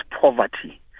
poverty